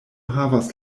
havas